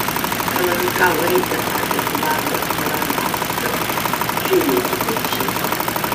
lnk laidą apie vladą baranauską žiūrėkite čia